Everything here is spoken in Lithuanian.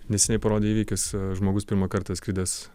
neseniai parodė įvykis žmogus pirmą kartą skridęs